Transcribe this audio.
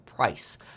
price